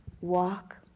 walk